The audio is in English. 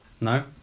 No